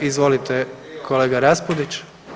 Izvolite kolega Raspudić.